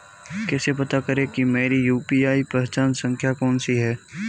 कैसे पता करें कि मेरी यू.पी.आई पहचान संख्या कौनसी है?